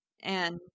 And-